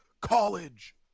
college